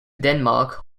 denmark